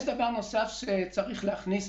יש דבר נוסף שצריך להכניס,